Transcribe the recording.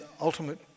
ultimate